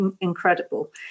incredible